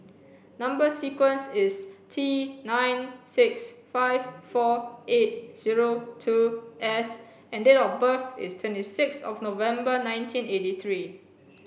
number sequence is T nine six five four eight zero two S and date of birth is twenty six thof November nineteen eighty three